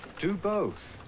do both.